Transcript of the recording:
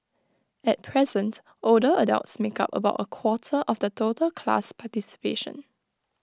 at present older adults make up about A quarter of the total class participation